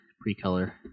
pre-color